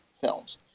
films